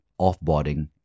offboarding